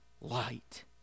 light